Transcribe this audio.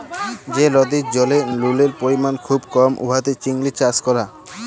যে লদির জলে লুলের পরিমাল খুব কম উয়াতে চিংড়ি চাষ ক্যরা